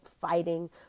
fighting